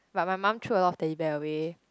but my mum threw a lot of Teddy Bear away